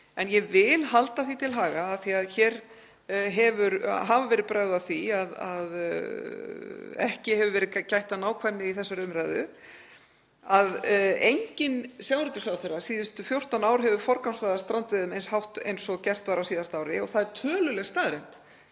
En ég vil halda því til haga, af því að það hafa verið brögð að því að ekki hafi verið gætt að nákvæmni í þessari umræðu, að enginn sjávarútvegsráðherra síðustu 14 ár hefur forgangsraðað strandveiðum eins hátt eins og gert var á síðasta ári og það er töluleg staðreynd.